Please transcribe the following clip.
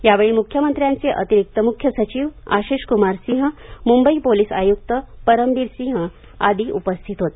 यावेळी म्ख्यमंत्र्याचे अतिरिक्त म्ख्य सचिव आशिष कुमार सिंह मुंबई पोलीस आयुक्त परमबीर सिंह आदी उपस्थित होते